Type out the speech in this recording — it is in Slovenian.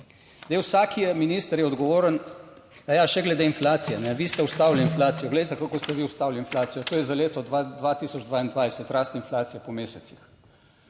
vsak minister je odgovoren, ja. Še glede inflacije, vi ste ustavili inflacijo. Glejte, kako ste vi ustavili inflacijo, to je za leto 2022, rast inflacije po mesecih.